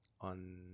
on